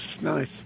nice